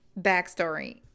backstory